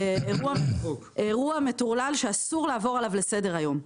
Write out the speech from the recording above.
זה אירוע מטורלל שאסור לעבור עליו לסדר היום.